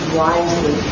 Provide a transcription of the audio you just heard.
wisely